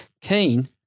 keen